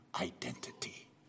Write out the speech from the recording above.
identity